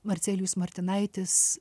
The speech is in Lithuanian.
marcelijus martinaitis